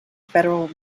federal